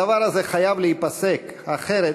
הדבר הזה חייב להיפסק, אחרת